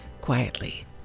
quietly